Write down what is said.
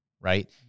Right